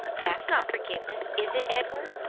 that's not forgiveness, is it, edward?